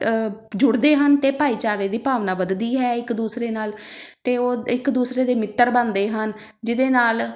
ਜੁੜਦੇ ਹਨ ਅਤੇ ਭਾਈਚਾਰੇ ਦੀ ਭਾਵਨਾ ਵੱਧਦੀ ਹੈ ਇੱਕ ਦੂਸਰੇ ਨਾਲ ਅਤੇ ਉਹ ਇੱਕ ਦੂਸਰੇ ਦੇ ਮਿੱਤਰ ਬਣਦੇ ਹਨ ਜਿਹਦੇ ਨਾਲ